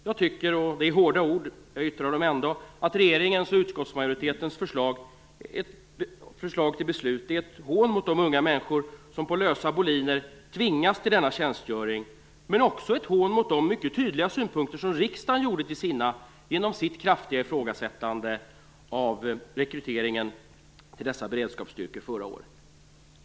Jag tycker - det är hårda ord, men jag yttrar dem ändå - att regeringens och utskottsmajoritetens förslag till beslut är ett hån mot de unga människor som på lösa boliner tvingas till denna tjänstgöring, men också ett hån mot de mycket tydliga synpunkter som riksdagen gjorde till sina genom sitt kraftiga ifrågasättande av rekryteringen till dessa beredskapsstyrkor förra året.